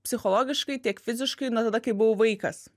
psichologiškai tiek fiziškai nuo tada kai buvau vaikas